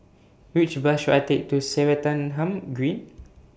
Which Bus should I Take to Swettenham Green